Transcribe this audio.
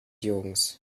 jungs